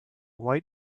white